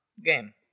game